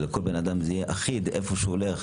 שלכל בן-אדם זה יהיה אחיד איפה שהוא הולך,